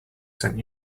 sent